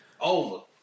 over